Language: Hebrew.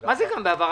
-- מה זה "גם בעבר"?